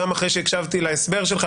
גם אחרי שהקשבתי להסבר שלך,